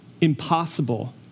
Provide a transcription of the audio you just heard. Impossible